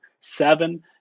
seven